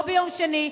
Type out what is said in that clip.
לא ביום שני,